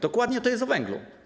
Dokładnie to jest o węglu.